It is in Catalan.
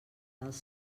dels